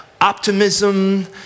optimism